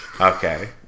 Okay